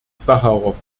sacharow